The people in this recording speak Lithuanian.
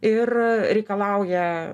ir reikalauja